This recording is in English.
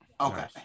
okay